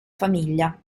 famiglia